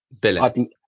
Billy